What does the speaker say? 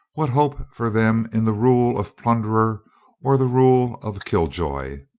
what hope for them in the rule of plunderer or the rule of killjoy?